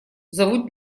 зовут